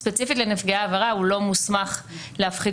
ספציפית לנפגעי עבירה הוא לא מוסמך להפחית